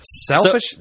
selfish